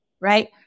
right